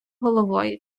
головою